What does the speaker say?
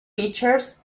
pictures